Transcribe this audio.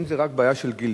אם זה רק בעיה של גיל.